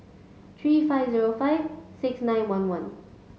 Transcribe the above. three five zero five six nine one one